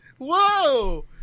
Whoa